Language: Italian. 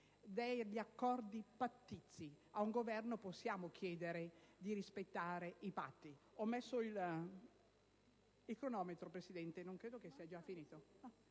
degli accordi pattizi. A un Governo possiamo chiedere di rispettare i patti.